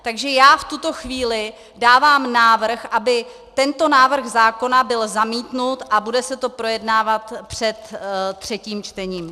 Takže já v tuto chvíli dávám návrh, aby tento návrh zákona byl zamítnut, a bude se to projednávat před třetím čtením.